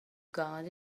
got